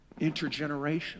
Intergenerational